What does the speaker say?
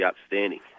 outstanding